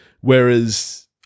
whereas